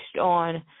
on